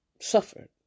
suffered